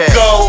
go